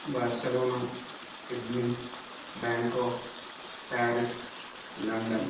Barcelona Sydney Bangkok Paris London